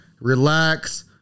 Relax